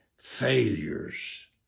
failures